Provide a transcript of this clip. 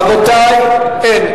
רבותי, אין.